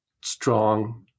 strong